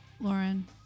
Lauren